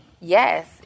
yes